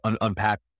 unpack